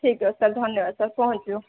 ଠିକ ଅଛି ସାର୍ ଧନ୍ୟବାଦ ସାର୍ ପହଞ୍ଚିବ